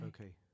Okay